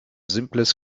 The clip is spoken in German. simples